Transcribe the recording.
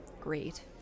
great